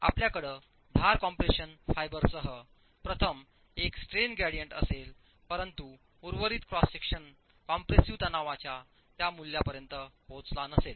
तर आपल्याकडे धार कॉम्प्रेशन फायबरसह प्रथम एक स्ट्रेन ग्रेडियंट असेल परंतु उर्वरित क्रॉस सेक्शन कॉम्प्रेसिव्ह तणावाच्या त्या मूल्यापर्यंत पोहोचला नसेल